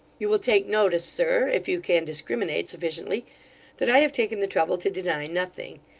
you will take notice, sir if you can discriminate sufficiently that i have taken the trouble to deny nothing.